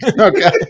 Okay